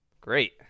Great